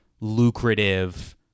lucrative